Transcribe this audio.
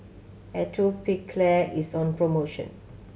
Atopiclair is on promotion